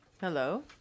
Hello